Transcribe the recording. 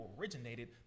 originated